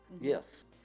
Yes